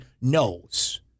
knows